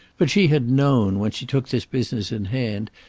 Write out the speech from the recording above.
but she had known, when she took this business in hand,